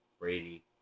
Brady